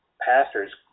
pastors